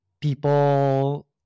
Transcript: people